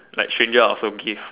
like stranger I also give